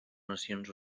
nacions